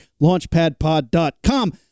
LaunchpadPod.com